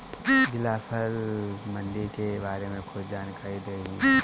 जिला फल मंडी के बारे में कुछ जानकारी देहीं?